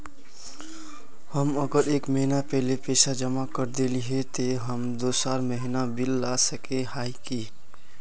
हम अगर एक महीना पहले पैसा जमा कर देलिये ते हम दोसर महीना बिल ला सके है की?